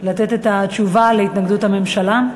לתת את התשובה על התנגדות הממשלה.